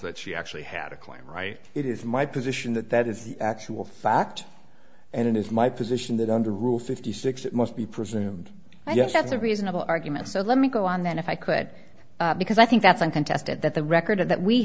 that she actually had a client right it is my position that that is the actual fact and it is my position that under rule fifty six it must be presumed i guess that's a reasonable argument so let me go on then if i could because i think that's uncontested that the record that we